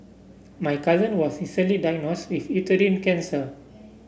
my cousin was recently diagnosed with uterine cancer